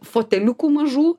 foteliukų mažų